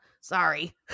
sorry